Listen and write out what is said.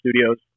studios